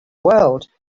world